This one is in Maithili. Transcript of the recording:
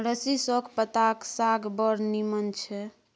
सरिसौंक पत्ताक साग बड़ नीमन छै